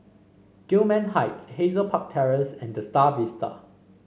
Gillman Heights Hazel Park Terrace and The Star Vista